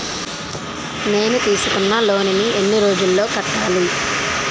నేను తీసుకున్న లోన్ నీ ఎన్ని రోజుల్లో కట్టాలి?